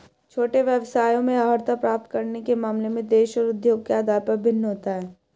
छोटे व्यवसायों में अर्हता प्राप्त करने के मामले में देश और उद्योग के आधार पर भिन्न होता है